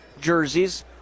jerseys